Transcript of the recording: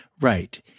Right